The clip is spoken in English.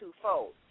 twofold